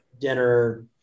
dinner